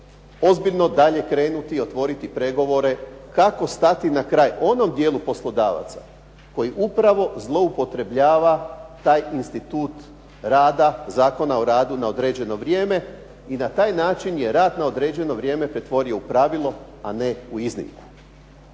ozbiljno dalje krenuti i otvoriti pregovore kako stati na kraj onom dijelu poslodavaca koji upravo zloupotrebljava taj institut rada Zakona o radu na određeno vrijeme i na taj način je rad na određeno vrijeme pretvorio u pravilo a ne u iznimku.